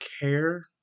care